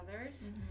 others